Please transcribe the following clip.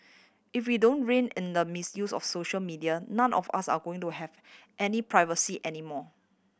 if we don't rein in the misuse of social media none of us are going to have any privacy anymore